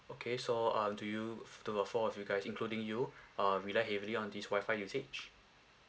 okay so uh do you do of four of you guys including you uh rely heavily on this WI-FI usage